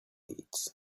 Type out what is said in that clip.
eat